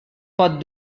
pot